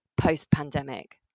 post-pandemic